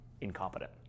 incompetent